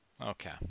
Okay